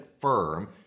firm